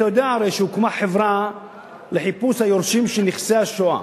אתה יודע הרי שהוקמה חברה לחיפוש היורשים של נכסי השואה.